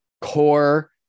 core